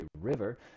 river